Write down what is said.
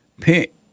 pick